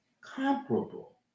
comparable